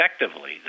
effectively